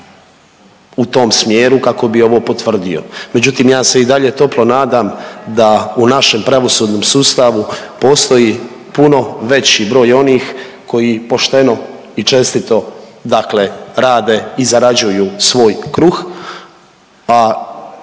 u tom smjeru kako bi ovo potvrdio, međutim ja se i dalje toplo nadam da u našem pravosudnom sustavu postoji puno veći broj onih koji pošteno i čestito dakle rade i zarađuju svoj kruh,